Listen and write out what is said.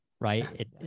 right